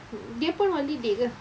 dia pun holiday ke